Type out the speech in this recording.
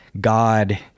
god